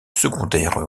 secondaire